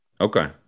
Okay